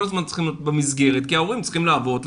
הזמן צריכים להיות במסגרת כי ההורים צריכים לעבוד,